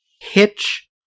Hitch